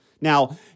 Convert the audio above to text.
Now